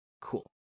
Cool